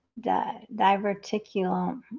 diverticulum